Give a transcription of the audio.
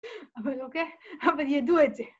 אבל אוקיי, אבל ידועתי.